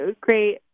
great